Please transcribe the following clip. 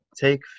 take